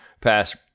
pass